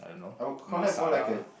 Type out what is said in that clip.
I will collect more like a